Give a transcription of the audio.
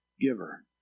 giver